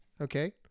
Okay